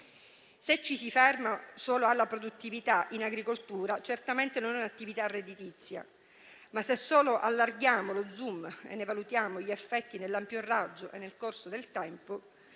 Se ci si ferma solo alla produttività in agricoltura, certamente non si tratta di un'attività redditizia, ma se solo allarghiamo lo *zoom* e ne valutiamo gli effetti nell'ampio raggio e nel corso del tempo,